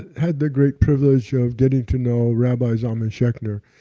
had the great privilege of getting to know rabbi zalman schachter.